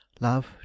love